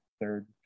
third